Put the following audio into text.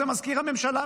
זה מזכיר הממשלה,